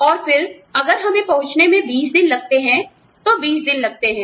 और फिर अगर हमें पहुंचने में 20 दिन लगते हैं तो 20 दिन लगते हैं